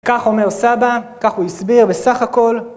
כך אומר סבא, כך הוא הסביר, בסך הכל.